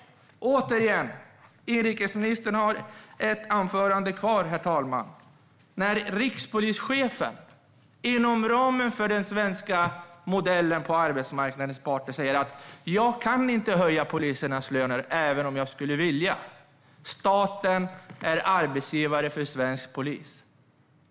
Återigen: Inrikesministern har ett anförande kvar. Rikspolischefen säger att han inom ramen för den svenska modellen på arbetsmarknaden inte kan höja polisernas löner även om han skulle vilja. Staten är arbetsgivare för svensk polis.